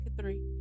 three